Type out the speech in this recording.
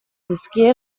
dizkie